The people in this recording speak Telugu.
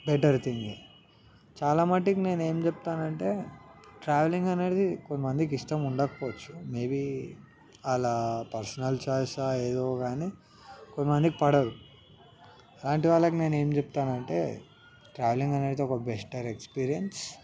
బెటర్ తింగ్ చాలా మట్టికి నేనేం చెప్తానంటే ట్రావెలింగ్ అనేటిది కొంతమందికి ఇష్టం ఉండకపోవచ్చు మేబి వాళ్ళ పర్సనల్ ఛాయిసా ఏదో గానీ కొంతమందికి పడదు అలాంటి వాళ్ళకి నేనేం చెప్తానంటే ట్రావెలింగ్ అనేటిది ఒక బెస్టర్ ఎక్స్పీరియన్స్